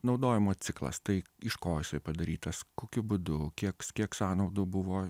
naudojimo ciklas tai iš ko jisai padarytas kokiu būdu kiek kiek sąnaudų buvo